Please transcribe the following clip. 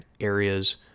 areas